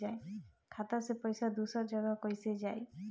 खाता से पैसा दूसर जगह कईसे जाई?